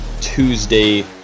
Tuesday